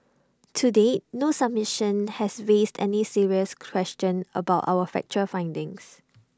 to date no submission has raised any serious question about our factual findings